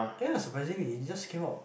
ya surprisingly it just came out